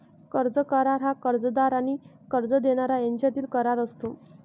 कर्ज करार हा कर्जदार आणि कर्ज देणारा यांच्यातील करार असतो